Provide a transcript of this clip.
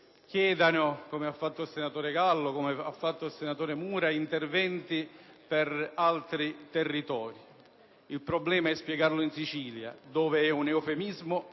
chiedano, come hanno fatto i senatori Gallo e Mura, interventi per altri territori. Il problema è spiegarlo in Sicilia, dove è un eufemismo